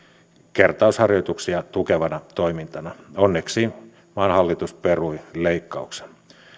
kertausharjoituksia tukevana toimintana onneksi maan hallitus perui leikkauksen